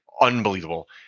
unbelievable